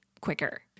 quicker